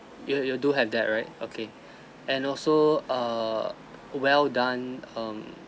you you do have that right okay and also err well done um